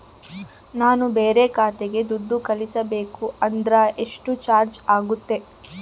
ನಾನು ಬೇರೆ ಖಾತೆಗೆ ದುಡ್ಡು ಕಳಿಸಬೇಕು ಅಂದ್ರ ಎಷ್ಟು ಚಾರ್ಜ್ ಆಗುತ್ತೆ?